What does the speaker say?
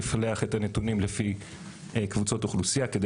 לפלח את הנתונים לפי קבוצות אוכלוסייה כדי